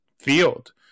field